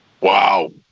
Wow